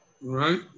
Right